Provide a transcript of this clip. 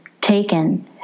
taken